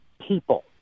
people